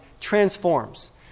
transforms